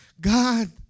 God